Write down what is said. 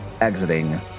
exiting